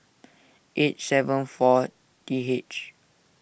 eight seven four T H